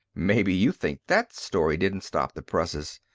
maybe you think that story didn't stop the presses!